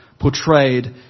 Portrayed